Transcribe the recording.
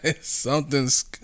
something's